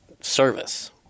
service